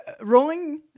rolling